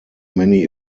many